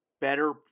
better